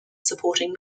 supporting